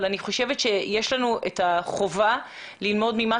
אבל אני חושבת שיש לנו את החובה ללמוד לכל